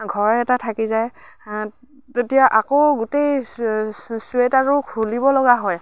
ঘৰ এটা থাকি যায় তেতিয়া আকৌ গোটেই চুৱেটাৰটো খুলিব লগা হয়